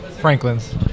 Franklin's